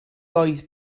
oedd